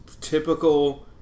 Typical